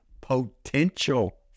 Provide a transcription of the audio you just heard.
potential